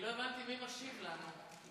אני לא הבנתי מי משיב לנו.